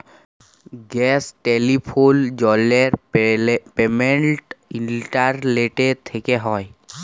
gas, telephone, জলের payment internet থ্যকে হয়